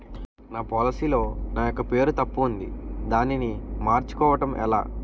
నా పోలసీ లో నా యెక్క పేరు తప్పు ఉంది దానిని మార్చు కోవటం ఎలా?